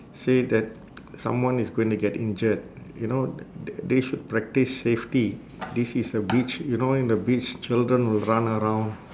say that someone is going to get injured you know th~ th~ they should practice safety this a beach you know in the beach children will run around